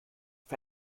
für